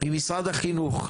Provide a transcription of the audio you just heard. ממשרד החינוך,